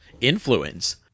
influence